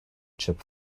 chip